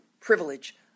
privilege